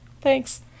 Thanks